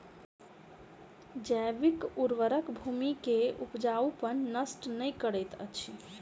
जैविक उर्वरक भूमि के उपजाऊपन नष्ट नै करैत अछि